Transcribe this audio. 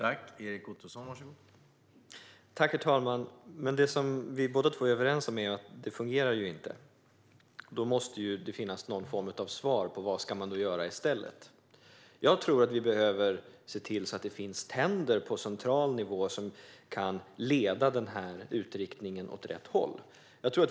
Herr talman! Det vi är överens om är ju att det inte fungerar. Då måste det finnas någon form av svar på vad man ska göra i stället. Jag tror att vi behöver se till att man har tänder på central nivå så att man kan leda utvecklingen är rätt håll.